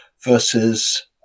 versus